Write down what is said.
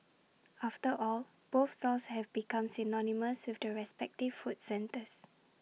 after all both stalls have become synonymous with the respective food centres